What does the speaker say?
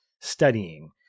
studying